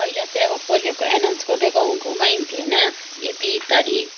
पहिला चाहिँ अब पोलियोको एनाउन्स गर्दै गाउँ गाउँमा हिँड्थ्यो होइन यति तारिक